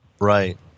Right